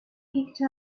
picked